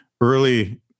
early